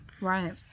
right